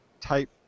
type